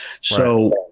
So-